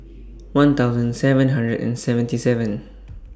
one thousand seven hundred and seventy seven